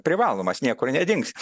privalomas niekur nedingsi